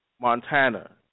Montana